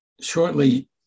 shortly